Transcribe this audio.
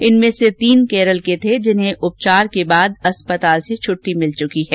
इनमें तीन केरल के थे जिन्हें उपचार के बाद अस्पताल से छुट्टी मिल चुकी है